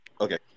Okay